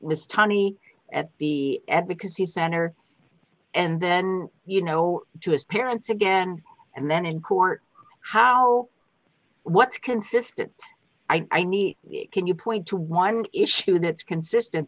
was tony at the advocacy center and then you know to his parents again and then in court how what's consistent i need can you point to one issue that's consistent